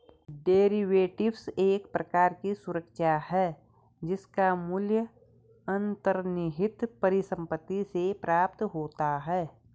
derivatives एक प्रकार की सुरक्षा है जिसका मूल्य अंतर्निहित परिसंपत्ति से प्राप्त होता है